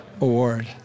Award